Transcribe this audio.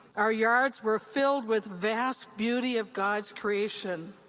our yards were filled with vast beauty of god's creation.